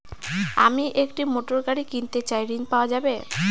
আমি একটি মোটরগাড়ি কিনতে চাই ঝণ পাওয়া যাবে?